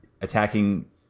attacking